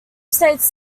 states